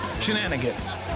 Shenanigans